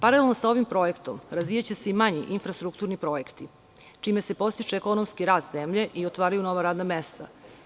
Paralelno sa ovim projektom razvijaće se i manji infrastrukturni projekti, čime se podstiče ekonomski rast zemlje i otvaraju nova radna mesta.